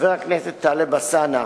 חבר הכנסת טלב אלסאנע,